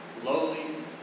lowly